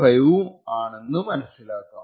5 ആണെന്നും മനസിലാക്കാം